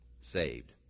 saved